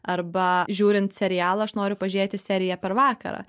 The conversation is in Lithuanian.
arba žiūrint serialą aš noriu pažiūrėti seriją per vakarą